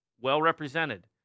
well-represented